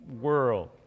world